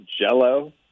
jello